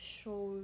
show